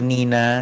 Nina